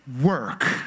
work